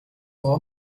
for